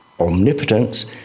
Omnipotence